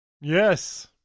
Yes